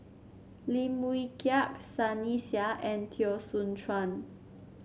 Lim Wee Kiak Sunny Sia and Teo Soon Chuan